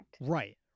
Right